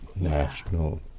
national